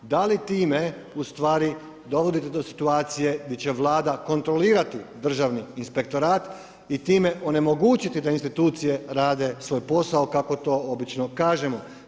Da li time, ustvari, dovodite do situacije, gdje će vlada kontrolirati državni inspektorat i time onemogućiti da institucije rade svoj posao kako to obično kažemo.